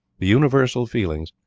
the universal feelings,